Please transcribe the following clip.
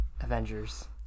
avengers